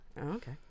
Okay